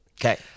okay